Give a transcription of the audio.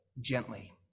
gently